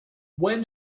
when